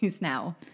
now